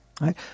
right